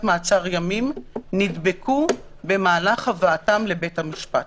מעצר ימים נדבקו במהלך הבאתם לבית המשפט.